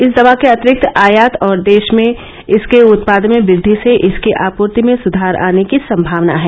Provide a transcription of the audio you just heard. इस दवा के अतिरिक्त आयात और देश में इसके उत्पादन में वृद्दि से इसकी आपूर्ति में सुधार आने की संभावना है